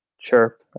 chirp